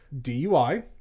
DUI